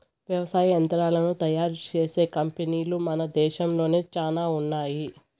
వ్యవసాయ యంత్రాలను తయారు చేసే కంపెనీలు మన దేశంలో చానా ఉన్నాయి